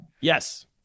yes